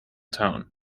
town